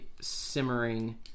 simmering